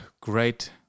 great